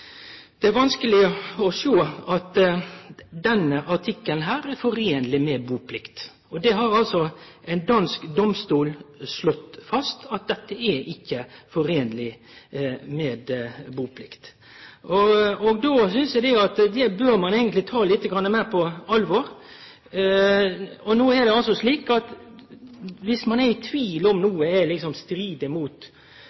Det er vanskeleg å sjå at denne artikkelen her samsvarer med buplikt. Det har ein dansk domstol slått fast, at dette samsvarer ikkje med buplikt. Då synest eg at det bør ein ta litt meir på alvor. No er det slik at om ein er i tvil om